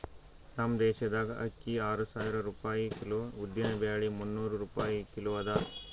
ನಮ್ ದೇಶದಾಗ್ ಅಕ್ಕಿ ಆರು ಸಾವಿರ ರೂಪಾಯಿ ಕಿಲೋ, ಉದ್ದಿನ ಬ್ಯಾಳಿ ಮುನ್ನೂರ್ ರೂಪಾಯಿ ಕಿಲೋ ಅದಾ